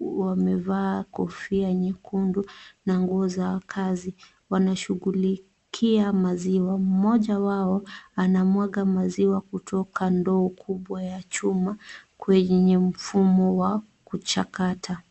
wamevaa kofia nyekundu na nguo za kazi, wanashughulikia maziwa, mmoja wao anamwaga maziwa kutoka ndoo kubwa ya chuma kwenye mfumo wa kuchakata.